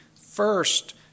first